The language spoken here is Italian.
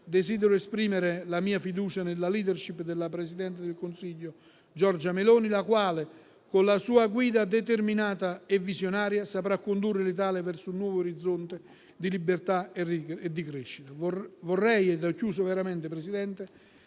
Desidero esprimere la mia fiducia nella *leadership* della presidente del Consiglio Giorgia Meloni, la quale, con la sua guida determinata e visionaria, saprà condurre l'Italia verso un nuovo orizzonte di libertà e di crescita. In conclusione, signor Presidente,